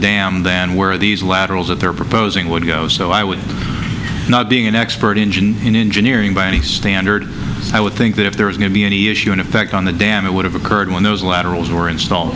dam than where these laterals that they're proposing would go so i would not being an expert engine in engineering by any standard i would think that if there was going to be any issue in effect on the dam it would have occurred when those laterals were installed